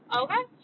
okay